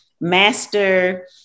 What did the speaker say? master